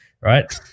right